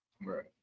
Right